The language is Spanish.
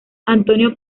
antonio